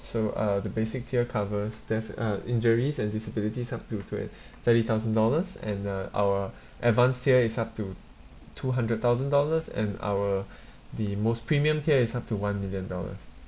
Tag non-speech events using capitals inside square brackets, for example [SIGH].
so uh the basic tier covers deaths uh injuries and disabilities up to twen~ [BREATH] thirty thousand dollars and uh our advanced tier is up to two hundred thousand dollars and our [BREATH] the most premium tier is up to one million dollars